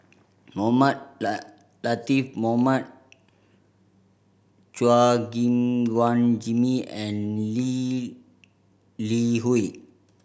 Mohamed Latiff Mohamed Chua Gim Guan Jimmy and Lee Li Hui